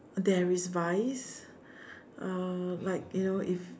there is vice uh like you know if